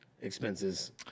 expenses